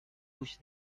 pushed